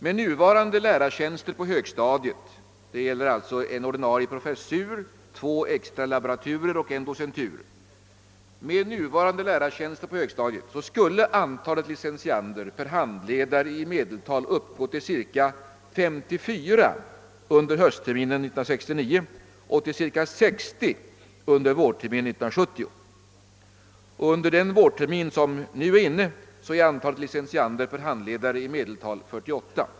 Med nuvarande lärartjänster på högstadiet, d.v.s. en ordinarie professur, två extra laboraturer och en docentur, skulle antalet licentiander per handledare i medeltal uppgå till cirka 54 under höstterminen 1969 och till cirka 60 under vårterminen 1970. Under innevarande vårterminen är antalet licentiander per handledare i medeltal 48.